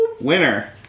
winner